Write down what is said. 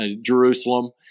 Jerusalem